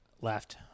Left